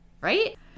Right